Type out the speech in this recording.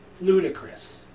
ludicrous